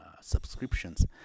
subscriptions